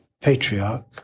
patriarch